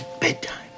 Bedtime